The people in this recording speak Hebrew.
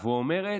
public diplomacy.